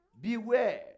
Beware